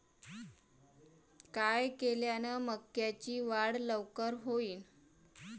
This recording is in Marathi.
काय केल्यान मक्याची वाढ लवकर होईन?